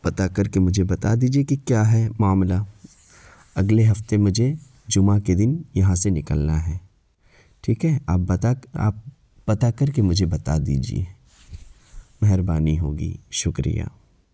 پتہ کر کے مجھے بتا دیجیے کہ کیا ہے معاملہ اگلے ہفتے مجھے جمعہ کے دن یہاں سے نکلنا ہے ٹھیک ہے آپ بتا آپ پتہ کر کے مجھے بتا دیجیے مہربانی ہوگی شکریہ